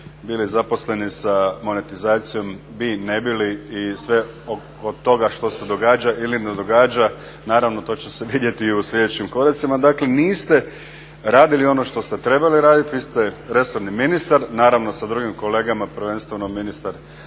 bili zaposleni sa monetizacijom bi, ne bi li i sve oko toga što se događa ili ne događa. Naravno to će se vidjeti i u sljedećim koracima. Dakle, niste radili ono što ste trebali raditi. Vi ste resorni ministar. Naravno, sa drugim kolegama prvenstveno ministar